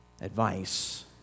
advice